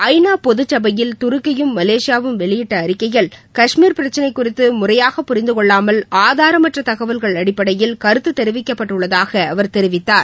ஐநா பொதுச்சபையில் துருக்கியும் மலேசியாவும் வெளியிட்ட அறிக்கைகள் கஷ்மீர் பிரச்சனை குறித்து முறையாக புரிந்தகொள்ளாமல் ஆதாரமற்ற தகவல்கள் அடிப்படையில் கருத்து தெரிவிக்கப்பட்டுள்ளதாக அவர் தெரிவித்தார்